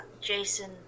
Jason